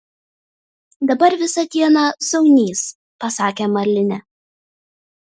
dabar visą dieną zaunys pasakė marlinė